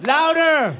Louder